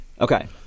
Okay